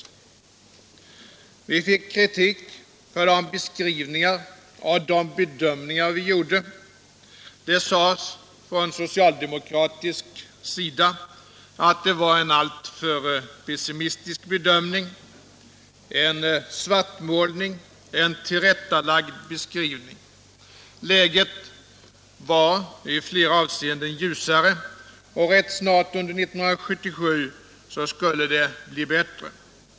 Vi fick kritik för den beskrivning och den bedömning vi gjorde. Det sades från socialdemokratisk sida att det var en alltför pessimistisk bedömning, en svartmålning, en tillrättalagd beskrivning — läget var i flera avseenden ljusare, och rätt snart under 1977 skulle det bli bättre.